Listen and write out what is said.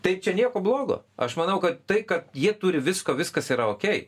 tai čia nieko blogo aš manau kad tai kad jie turi visko viskas yra okei